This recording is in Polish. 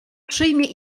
przyjmie